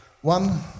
One